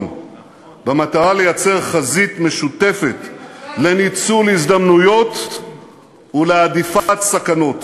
במטרה לייצר חזית משותפת לניצול הזדמנויות ולהדיפת סכנות.